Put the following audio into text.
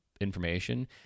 information